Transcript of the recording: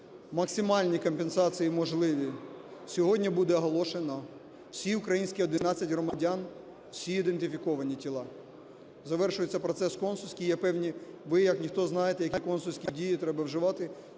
Максимальні компенсації можливі сьогодні буде оголошено. Всі українські 11 громадян, всі ідентифіковані тіла. Завершується процес консульський, є певні, – ви як ніхто знаєте, які консульські дії треба вживати,